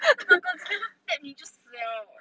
oh my god he never step 你就死 liao